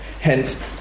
Hence